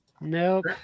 Nope